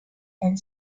and